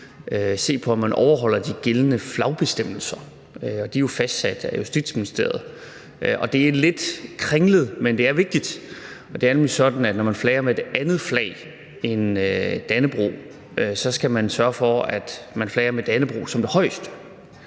se på, om man overholder de gældende flagbestemmelser. De er jo fastsat af Justitsministeriet. Og det er lidt kringlet, men det er vigtigt, for det er nemlig sådan, at når man flager med et andet flag end dannebrog, skal man sørge for, at man flager med Dannebrog som det højeste,